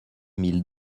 mille